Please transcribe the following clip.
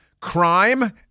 crime